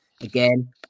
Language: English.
Again